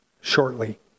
shortly